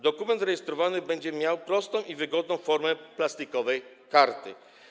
Dokument rejestracyjny będzie miał prostą i wygodną formę plastikowej karty.